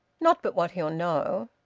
not but what he'll know.